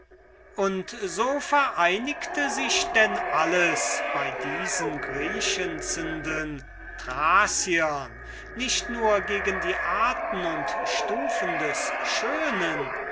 und so vereinigte sich denn alles nicht nur gegen die arten und stufen des schönen